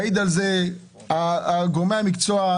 יעידו על זה גורמי המקצוע,